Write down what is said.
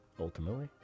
ultimately